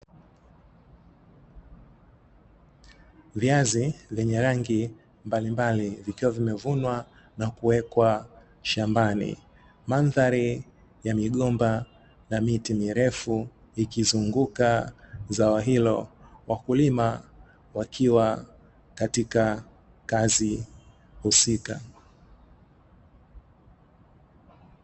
Viazi vyenye rangi mbalimbali, vikiwa vimevunwa na kuwekwa shambani. Mandhari ya migomba na miti mirefu ikizunguka zao hilo, wakulima wakiwa katika kazi husika.